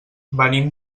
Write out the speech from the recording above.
venim